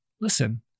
listen